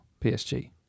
PSG